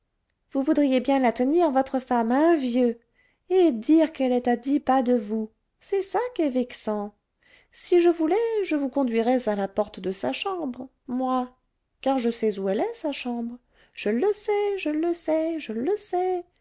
vous voudriez bien la tenir votre femme hein vieux et dire qu'elle est à dix pas de vous c'est ça qu'est vexant si je voulais je vous conduirais à la porte de sa chambre moi car je sais où elle est sa chambre je le sais je le sais je le sais